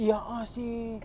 ya ah seh